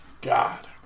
God